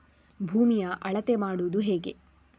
ಭೂಮಿಯ ಅಳತೆ ಮಾಡುವುದು ಹೇಗೆ?